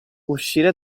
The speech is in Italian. uscire